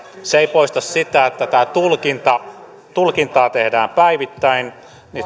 se ei poista sitä että tätä tulkintaa tehdään päivittäin niitä tehdään